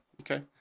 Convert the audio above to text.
Okay